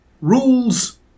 Rules